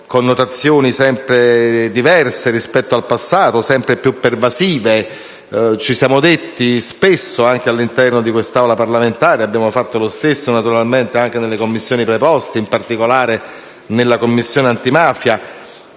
connotazioni sempre diverse rispetto al passato, sempre più pervasive. Ci siamo detti spesso, anche all'interno di quest'Aula parlamentare - e abbiamo fatto lo stesso anche nelle Commissioni preposte, in particolare nella Commissione antimafia